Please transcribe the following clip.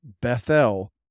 Bethel